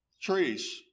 trees